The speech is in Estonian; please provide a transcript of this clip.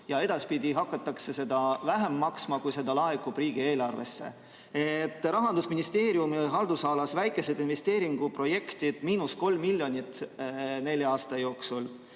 ja edaspidi hakatakse seda maksma vähem, kui seda laekub riigieelarvesse. Rahandusministeeriumi haldusalas väikesed investeeringuprojektid – miinus 3 miljonit eurot nelja aasta jooksul,